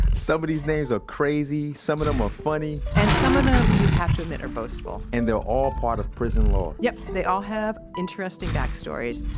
some of these names are crazy. some of them are funny and some of them, you have to admit, are boastful and they're all part of prison lore yup, they all have interesting backstories,